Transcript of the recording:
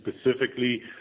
specifically